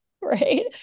Right